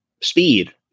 speed